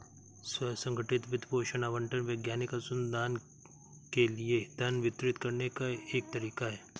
स्व संगठित वित्त पोषण आवंटन वैज्ञानिक अनुसंधान के लिए धन वितरित करने का एक तरीका हैं